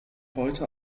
heute